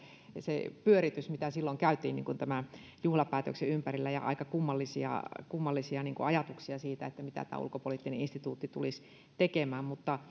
se pyöritys mitä silloin käytiin tämän juhlapäätöksen ympärillä ja oli aika kummallisia kummallisia ajatuksia siitä mitä tämä ulkopoliittinen instituutti tulisi tekemään mutta